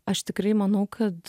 aš tikrai manau kad